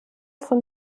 von